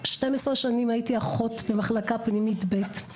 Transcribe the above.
אני הייתי אחות במשך 12 שנה במחלקה פנימית ב׳,